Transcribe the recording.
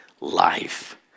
life